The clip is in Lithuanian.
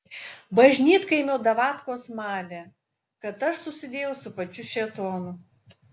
bažnytkaimio davatkos malė kad aš susidėjau su pačiu šėtonu